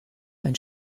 ein